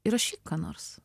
įrašyk ką nors